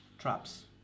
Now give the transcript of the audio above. Traps